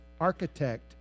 architect